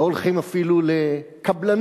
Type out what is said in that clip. לא הולכים אפילו לקבלנות,